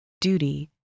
duty